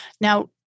Now